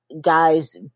guys